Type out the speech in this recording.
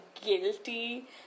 guilty